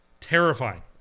Terrifying